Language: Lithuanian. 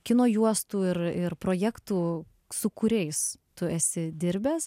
kino juostų ir ir projektų su kuriais tu esi dirbęs